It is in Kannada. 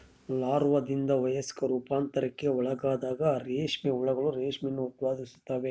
ಲಾರ್ವಾದಿಂದ ವಯಸ್ಕ ರೂಪಾಂತರಕ್ಕೆ ಒಳಗಾದಾಗ ರೇಷ್ಮೆ ಹುಳುಗಳು ರೇಷ್ಮೆಯನ್ನು ಉತ್ಪಾದಿಸುತ್ತವೆ